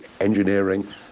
engineering